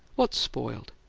what's spoiled?